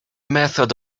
method